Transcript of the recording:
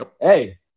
hey